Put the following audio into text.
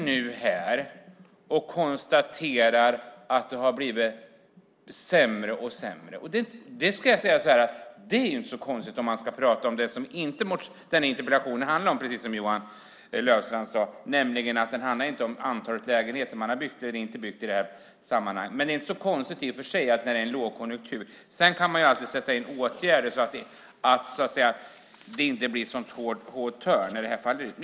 Nu konstaterar vi att det har blivit sämre och sämre. Om man ska prata om det som interpellationen inte handlar om, som Johan Löfstrand sade, nämligen det antal lägenheter man har byggt eller inte byggt är läget inte så konstigt med tanke på att det är lågkonjunktur. Man kan alltid sätta in åtgärder för att man inte ska törna i så hårt.